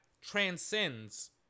transcends